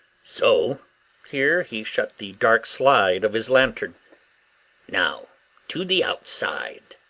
so here he shut the dark slide of his lantern now to the outside.